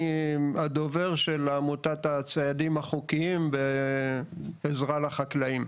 הדובר של עמותת הציידים החוקיים בעזרה לחקלאיים.